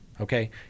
okay